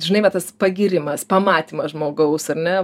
žinai va tas pagyrimas pamatymas žmogaus ar ne